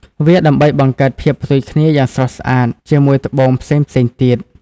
វាដើម្បីបង្កើតភាពផ្ទុយគ្នាយ៉ាងស្រស់ស្អាតជាមួយត្បូងផ្សេងៗទៀត។